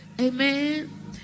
Amen